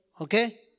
Okay